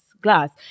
Glass